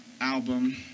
album